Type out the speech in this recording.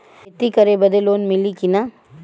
खेती करे बदे लोन मिली कि ना?